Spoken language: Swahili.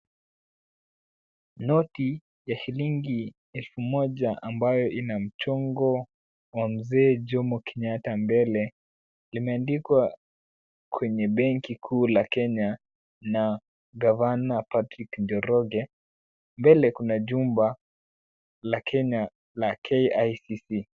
Noti ya shilingi elfu moja ambayo ina mchongo wa mzee Jomo Kenyatta mbele. Limeandikwa kwenye benki kuu la Kenya na gavana Patrick Njoroge. Mbele kuna jumba la Kenya la KICC.